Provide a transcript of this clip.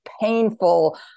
painful